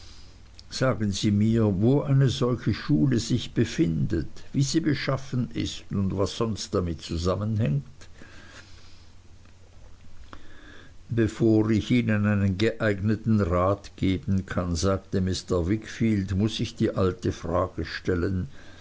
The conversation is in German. sagen sie mir wo eine solche schule sich befindet wie sie beschaffen ist und was sonst damit zusammenhängt bevor ich ihnen einen geeigneten rat geben kann sagte mr wickfield muß ich die alte frage stellen